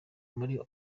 muri